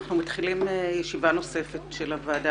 אנחנו מתחילים ישיבה נוספת של הוועדה